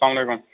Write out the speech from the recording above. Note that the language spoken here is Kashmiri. اسلام علیکُم